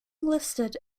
listed